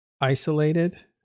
isolated